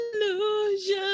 illusion